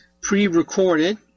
pre-recorded